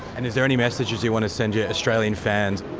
and is there any messages you want to send your australian fans?